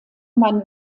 man